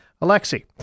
Alexei